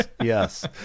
Yes